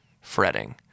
fretting